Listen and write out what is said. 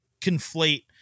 conflate